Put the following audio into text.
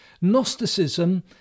Gnosticism